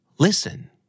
Listen